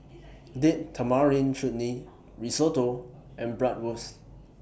Date Tamarind Chutney Risotto and Bratwurst